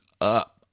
up